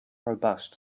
robust